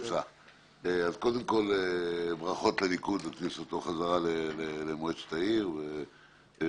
אז קודם כול ברכות לליכוד על כניסתו חזרה למועצת העיר וברכות